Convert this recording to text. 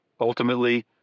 Ultimately